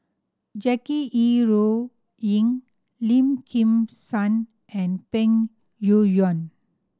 Jackie Yi Ru Ying Lim Kim San and Peng Yuyun